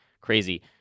crazy